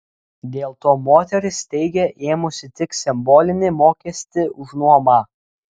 dėl to moteris teigia ėmusi tik simbolinį mokestį už nuomą